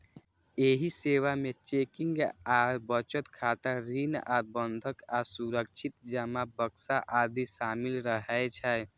एहि सेवा मे चेकिंग आ बचत खाता, ऋण आ बंधक आ सुरक्षित जमा बक्सा आदि शामिल रहै छै